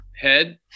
head